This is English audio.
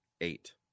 Eight